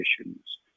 conditions